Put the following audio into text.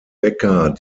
becker